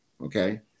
okay